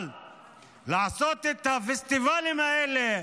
לעשות את הפסטיבלים האלה?